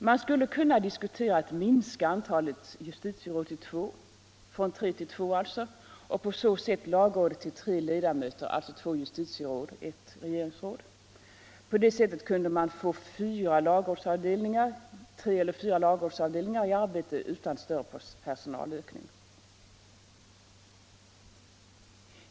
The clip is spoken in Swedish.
Man skulle kunna diskutera att minska antalet justitieråd till två och på så sätt lagrådet till tre ledamöter, alltså två justitieråd och ett regeringsråd. På det sättet kunde man få tre eller fyra lagrådsavdelningar i arbete utan större personalökning.